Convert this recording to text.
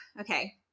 okay